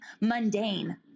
mundane